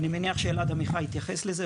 אני מניח שאלעד עמיחי יתייחס לזה,